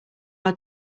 our